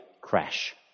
crash